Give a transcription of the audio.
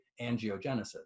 angiogenesis